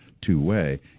two-way